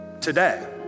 today